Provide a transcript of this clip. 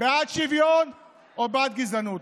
בעד שוויון או בעד גזענות.